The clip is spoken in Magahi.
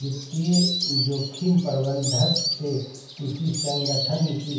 वित्तीय जोखिम प्रबंधन से किसी संगठन की